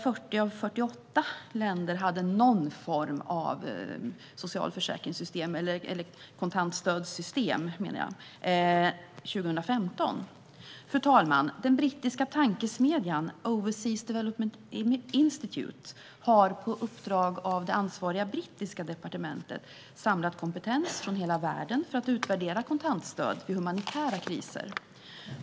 År 2015 hade 40 av 48 länder någon form av kontantsstödssystem. Fru talman! Den brittiska tankesmedjan Overseas Development Institute har på uppdrag av det ansvariga brittiska departementet samlat kompetens från hela världen för att utvärdera kontantstöd vid humanitära kriser.